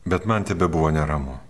bet man tebebuvo neramu